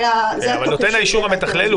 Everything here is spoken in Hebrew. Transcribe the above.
זה התוקף --- נותן האישור המתכלל הוא